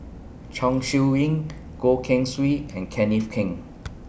Chong Siew Ying Goh Keng Swee and Kenneth Keng